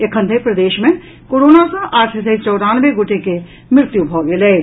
एखन धरि प्रदेश मे कोरोना सँ आठ सय चौरानवे गोटे के मृत्यु भऽ चुकल अछि